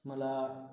मला